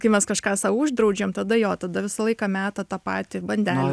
kai mes kažką sau uždraudžiam tada jo tada visą laiką meta tą patį bandelių